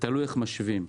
ותלוי איך משווים.